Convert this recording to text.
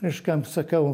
reiškia jam sakiau